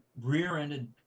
rear-ended